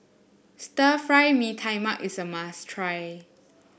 Stir Fry Mee Tai Mak is a must try